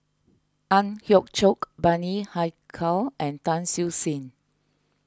Ang Hiong Chiok Bani Haykal and Tan Siew Sin